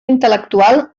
intel·lectual